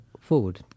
forward